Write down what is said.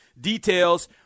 details